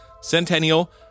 Centennial